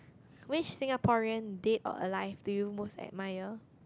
which Singaporean dead or alive do you most admire